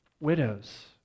Widows